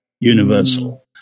universal